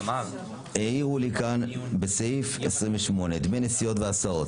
שאלה, העירו לי כאן בסעיף 28, דמי נסיעות והסעות.